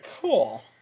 Cool